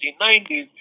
1990s